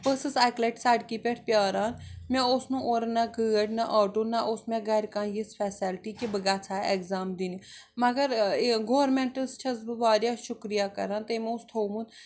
بہٕ ٲسٕس اَکہِ لٹہِ سڑکہِ پٮ۪ٹھ پرٛاران مےٚ اوس نہٕ اورٕ نہَ گٲڑۍ نہَ آٹوٗ نہَ اوس مےٚ گرِ کانٛہہ یِژھ فیسلٹی کہِ بہٕ گَژھٕ ہا ایٚکزام دِنہِ مگر ہُہ یہِ گورنمنٹس چھَس بہٕ واریاہ شُکرِیا کران تٔمۍ اوس تھوٚومُت